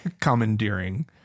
commandeering